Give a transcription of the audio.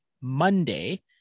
Monday